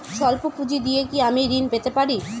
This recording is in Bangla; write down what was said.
সল্প পুঁজি দিয়ে কি আমি ঋণ পেতে পারি?